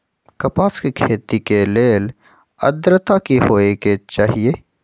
कपास के खेती के लेल अद्रता की होए के चहिऐई?